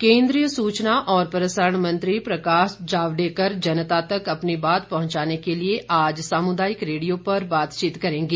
केन्द्रीय सुचना और प्रसारण मंत्री प्रकाश जावडेकर जनता तक अपनी बात पहंचाने के लिए आज सामुदायिक रेडियो पर बातचीत करेंगे